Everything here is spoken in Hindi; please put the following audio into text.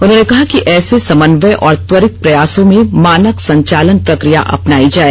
उन्होंने कहा कि ऐसे समन्वय और त्वरित प्रयासों में मानक संचालन प्रक्रिया अपनायी जाए